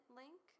link